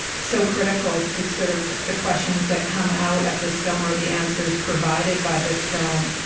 so critical to sort of the questions that come out of this film, or the answers provided by this film.